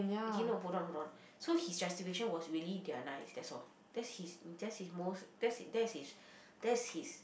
okay no hold on hold on so his justification was really they are nice that's all that's his that's his most that's that's his that's his